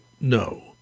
no